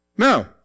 No